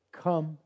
Come